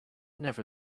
never